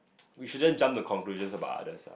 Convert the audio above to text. we shouldn't jump to conclusions about others lah